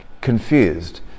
confused